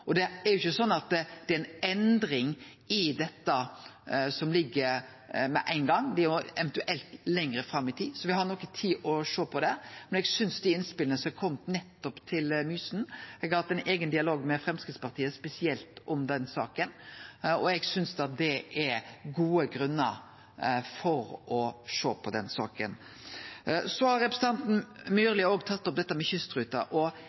Det er ikkje sånn at det er ei endring i dette med ein gong, det er eventuelt lenger fram i tid, så me har noko tid til å sjå på det, men eg synest dei innspela som er komne nettopp om Mysen – og eg har hatt ein eigen dialog med Framstegspartiet spesielt om den saka – gjer at det er gode grunnar for å sjå på det. Representanten Myrli har tatt opp dette med kystruta og